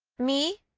me?